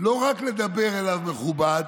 לא רק לדבר אליו מכובד,